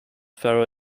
ferrer